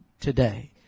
today